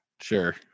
Sure